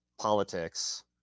politics